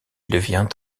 devient